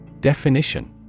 Definition